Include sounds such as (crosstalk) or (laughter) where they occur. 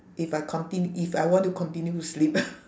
if I contin~ if I want to continue to sleep (laughs)